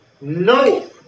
no